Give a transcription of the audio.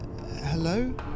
Hello